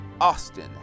Austin